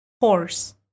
horse